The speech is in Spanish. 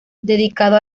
dedicado